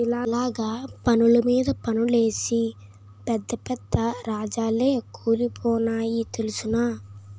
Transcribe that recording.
ఇలగ పన్నులు మీద పన్నులేసి పెద్ద పెద్ద రాజాలే కూలిపోనాయి తెలుసునా